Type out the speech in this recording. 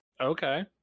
Okay